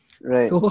right